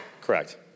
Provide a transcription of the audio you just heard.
Correct